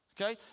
Okay